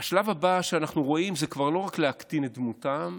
השלב הבא שאנחנו רואים זה כבר לא רק להקטין את דמותם,